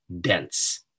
dense